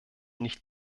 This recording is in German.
nicht